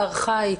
ארכאית.